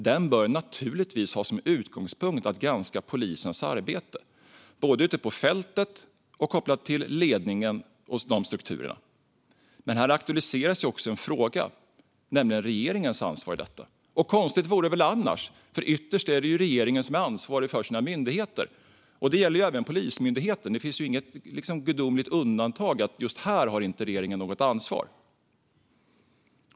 Den bör naturligtvis ha som utgångspunkt att granska polisens arbete, både ute på fältet och kopplat till ledningen och de strukturerna. Här aktualiseras också en fråga, nämligen den om regeringens ansvar i detta. Konstigt vore det väl annars - ytterst är det ju regeringen som är ansvarig för sina myndigheter, och det gäller även Polismyndigheten. Det finns inget gudomligt undantag som säger att just här har inte regeringen något ansvar.